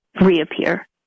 reappear